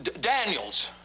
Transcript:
Daniels